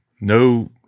No